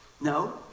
No